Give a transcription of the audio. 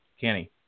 Kenny